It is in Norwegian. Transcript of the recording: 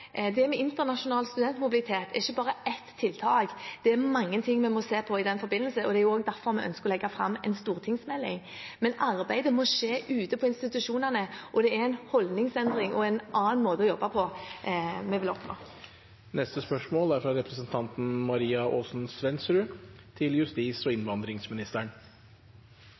det aktuelle statsbudsjettet. Internasjonal studentmobilitet handler ikke om bare ett tiltak. Det er mye vi må se på i den forbindelse, og det er også derfor vi ønsker å legge fram en stortingsmelding. Men arbeidet må skje ute på institusjonene. Vi ønsker å oppnå en holdningsendring og en annen måte å jobbe på. «Vi kan lese i Klassekampen den 15. oktober at Kriminalomsorgsdirektoratet varsler at ABE-kuttene i kriminalomsorgen vil kunne føre til